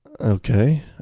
Okay